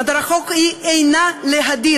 מטרת החוק היא אינה להדיר,